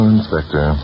Inspector